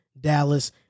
Dallas